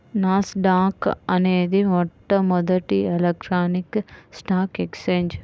నాస్ dock అనేది మొట్టమొదటి electronic stock exchange